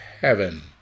heaven